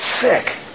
sick